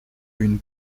une